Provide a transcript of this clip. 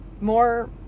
more